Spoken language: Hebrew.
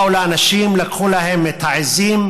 באו לאנשים, לקחו להם את העיזים